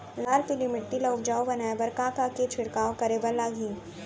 लाल पीली माटी ला उपजाऊ बनाए बर का का के छिड़काव करे बर लागही?